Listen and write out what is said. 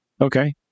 Okay